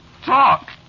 Talk